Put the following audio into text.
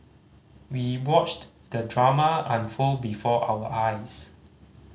we watched the drama unfold before our eyes